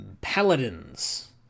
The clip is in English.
Paladins